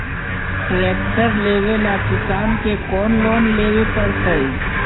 Tractor लेवेला किसान के कौन लोन लेवे पड़तई?